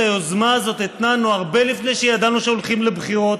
את היוזמה הזאת התנענו הרבה לפני שידענו שהולכים לבחירות,